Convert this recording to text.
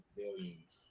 billions